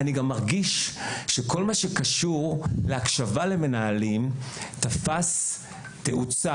אני גם מרגיש שכל מה שקשור להקשבה למנהלים תפס תאוצה.